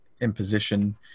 imposition